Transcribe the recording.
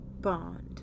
Bond